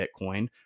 Bitcoin